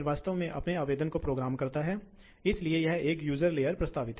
एक वास्तविक पंप विशेषताओं से ठीक है